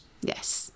Yes